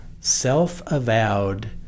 self-avowed